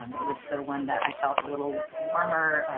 um it was the one that i felt a little warmer.